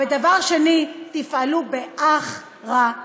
ודבר שני, תפעלו באח-ר-יות.